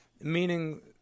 meaning